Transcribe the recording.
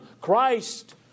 Christ